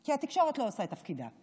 כי התקשורת לא עושה את תפקידה.